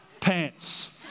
Pants